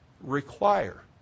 require